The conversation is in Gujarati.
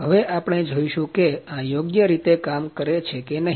હવે આપણે જોઈશું કે આ યોગ્ય રીતે કામ કરે છે કે નહી